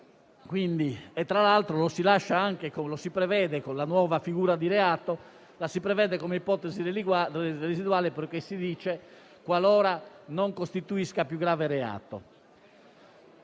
Tra l'altro, si prevede la nuova figura di reato come ipotesi residuale, perché si dice «qualora non costituisca più grave reato».